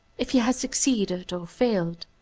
if he has succeeded or failed.